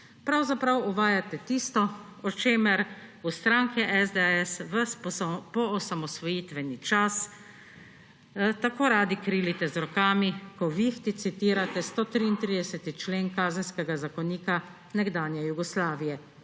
Pravzaprav uvajate tisto, o čemer v stranki SDS ves poosamosvojitveni čas tako radi krilite z rokami, ko v ihti citirate 133. člen Kazenskega zakonika nekdanje Jugoslavije.